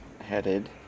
headed